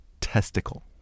testicle